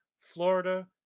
Florida